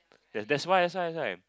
yeah that's why that's why that's why